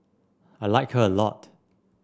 I like her a lot